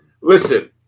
listen